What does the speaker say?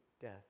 death